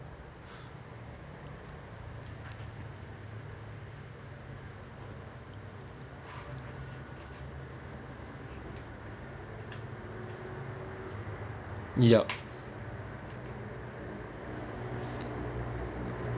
yup